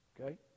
Okay